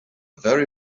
very